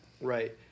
right